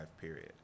period